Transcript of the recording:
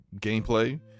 gameplay